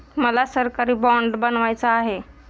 मला सरकारी बाँड बनवायचा आहे